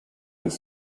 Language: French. les